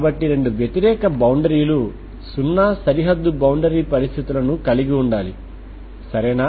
కాబట్టి రెండు వ్యతిరేక బౌండరీలు సున్నా సరిహద్దు పరిస్థితులు కలిగి ఉండాలి సరేనా